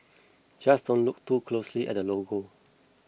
just don't look too closely at the logo